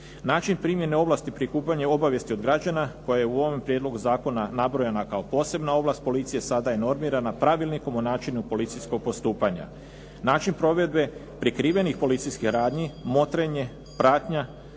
Način primjene ovlasti, prikupljanje obavijesti od građana koja je u ovom prijedlogu zakona nabrojana kao posebna ovlast policije sada je normirana pravilnikom o načinu policijskog postupanja. Način provedbe prikrivenih policijskih radnji, motrenje, pratnja,